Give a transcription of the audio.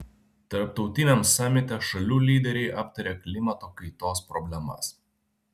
tarptautiniam samite šalių lyderiai aptarė klimato kaitos problemas